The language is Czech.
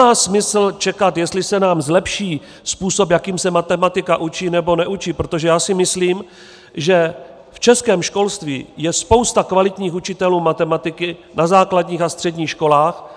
A nemá smysl čekat, jestli se nám zlepší způsob, jakým se matematika učí, nebo neučí, protože já si myslím, že v českém školství je spousta kvalitních učitelů matematiky na základních a středních školách.